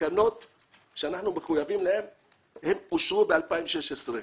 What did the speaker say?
התקנות שאנחנו מחויבים להן אושרו ב-2016.